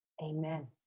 amen